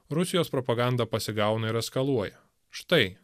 rusijos propaganda pasigauna ir eskaluoja štai